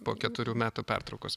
po keturių metų pertraukos